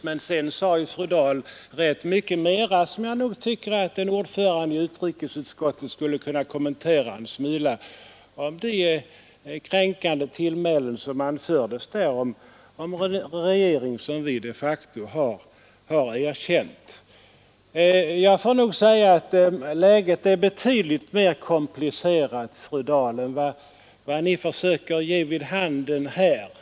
Men fru Dahl sade rätt mycket mera, och jag tycker att en ordförande i utrikesutskottet borde något ha kommenterat de kränkande tillmälen som hon anförde om Saigonregeringen som vi har erkänt. Läget är nog betydligt mer komplicerat, fru Dahl, än vad Ni försöker ge vid handen.